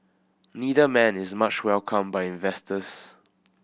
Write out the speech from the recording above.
neither man is much welcomed by investors